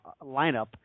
lineup